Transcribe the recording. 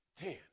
Ten